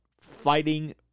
fighting